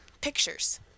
pictures